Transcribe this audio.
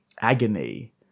agony